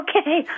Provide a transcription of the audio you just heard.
Okay